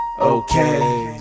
okay